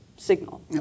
signal